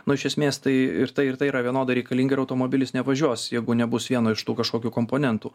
nu iš esmės tai ir tai ir tai yra vienodai reikalinga ir automobilis nevažiuos jeigu nebus vieno iš tų kažkokių komponentų